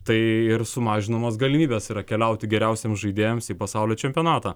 tai ir sumažinamos galimybės yra keliauti geriausiems žaidėjams į pasaulio čempionatą